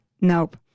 Nope